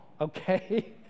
okay